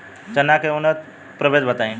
चना के उन्नत प्रभेद बताई?